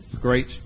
Great